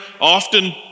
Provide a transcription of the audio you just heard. often